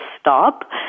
STOP